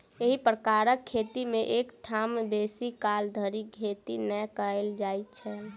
एही प्रकारक खेती मे एक ठाम बेसी काल धरि खेती नै कयल जाइत छल